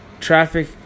Traffic